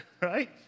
Right